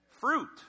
Fruit